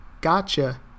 gotcha